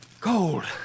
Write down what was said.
Gold